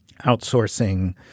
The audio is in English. outsourcing